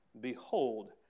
Behold